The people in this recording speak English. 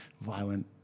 violent